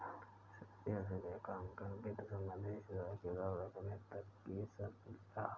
सदियों से लेखांकन वित्त संबंधित हिसाब किताब रखने तक ही सीमित रहा